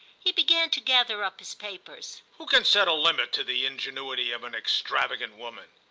he began to gather up his papers. who can set a limit to the ingenuity of an extravagant woman?